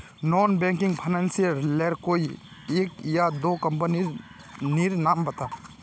Non banking financial लेर कोई एक या दो कंपनी नीर नाम बता?